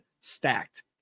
stacked